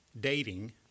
dating